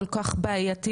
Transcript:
כל כך בעייתית,